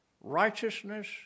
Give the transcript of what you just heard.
Righteousness